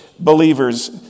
believers